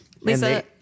Lisa